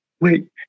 wait